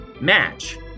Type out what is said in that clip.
match